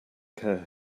care